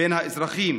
בין האזרחים.